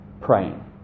praying